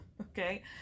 Okay